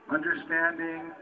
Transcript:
Understanding